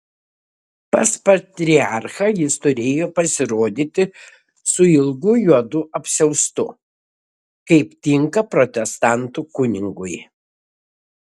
pas patriarchą jis turėjo pasirodyti su ilgu juodu apsiaustu kaip tinka protestantų kunigui